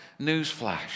Newsflash